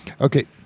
Okay